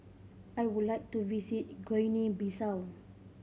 I would like to visit Guinea Bissau